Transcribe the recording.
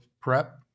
prep